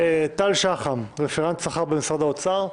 טל שחם, רפרנט שכר במשרד האוצר.